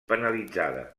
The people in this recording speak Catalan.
penalitzada